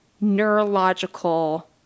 neurological